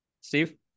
Steve